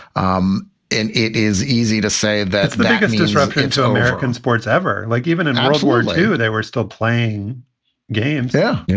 um it is easy to say that that it's disruption to american sports ever like even in world war two, they were still playing games yeah,